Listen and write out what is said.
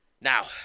Now